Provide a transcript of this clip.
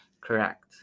correct